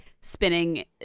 spinning